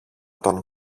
τον